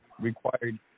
required